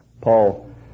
Paul